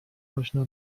اشنا